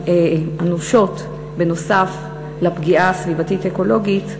נוסף על הפגיעה הסביבתית-אקולוגית,